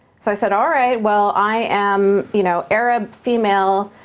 so i said, all right, well, i am you know arab, female,